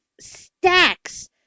stacks